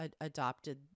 adopted